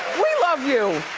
we love you!